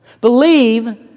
Believe